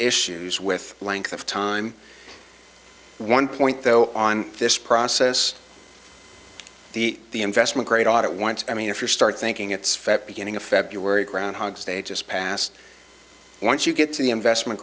issues with length of time one point though on this process the the investment grade audit once i mean if you start thinking it's fact beginning of february groundhog's day just passed once you get to the investment